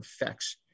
effects